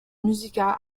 musicale